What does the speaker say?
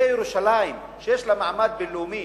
זה ירושלים, שיש לה מעמד בין-לאומי,